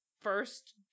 first